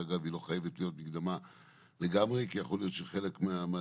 שאגב היא לא חייבת להיות מקדמה לגמרי כי יכול להיות שחלק מהדברים